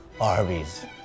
Arby's